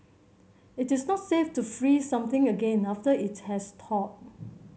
it is not safe to freeze something again after it has thawed